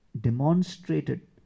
demonstrated